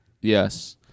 Yes